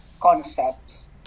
concepts